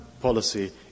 policy